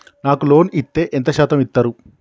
నాకు లోన్ ఇత్తే ఎంత శాతం ఇత్తరు?